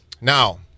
Now